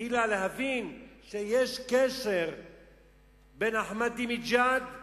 להבין שיש קשר בין אחמדינג'אד ל"חיזבאללה",